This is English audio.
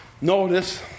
notice